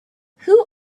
who